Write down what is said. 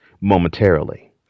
momentarily